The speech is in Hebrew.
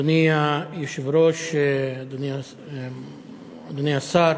אדוני היושב-ראש, אדוני השר,